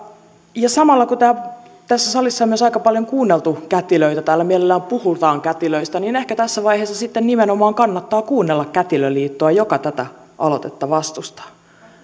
samalla kun tässä salissa on myös aika paljon kuunneltu kätilöitä täällä mielellään puhutaan kätilöistä niin ehkä tässä vaiheessa sitten nimenomaan kannattaa kuunnella kätilöliittoa joka tätä aloitetta vastustaa